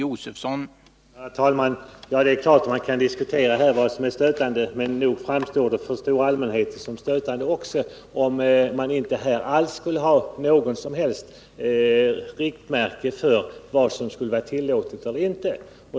Herr talman! Det är klart att man kan diskutera vad som är stötande eller inte stötande, men nog framstår det för den stora allmänheten såsom stötande om man här inte alls skulle ha något riktmärke för vad som är tillåtet.